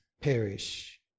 perish